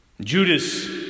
Judas